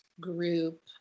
group